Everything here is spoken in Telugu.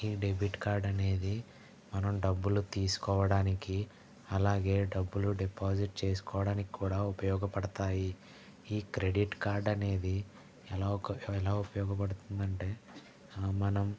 ఈ డెబిట్ కార్డు అనేది మనం డబ్బులు తీసుకోడానికి అలాగే డబ్బులు డిపాజిట్ చేసుకోడానికి కూడా ఉపయోగపడతాయి ఈ క్రెడిట్ కార్డు అనేది ఎలా ఎలా ఉపయోగపడుతుందంటే మనం